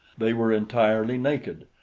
they were entirely naked.